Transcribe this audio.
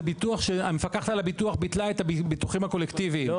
זה המקפחת על הביטוח ביטלה את הביטוחים הקולקטיבים,